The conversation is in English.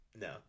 No